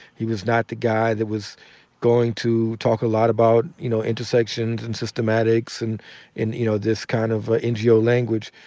he was not the guy that was going to talk about you know intersections and systematics, and and you know this kind of ngo language.